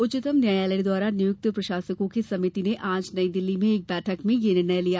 उच्चतम न्यायालय द्वारा नियुक्त प्रशासकों की समिति ने आज नई दिल्ली में एक बैठक में यह निर्णय लिया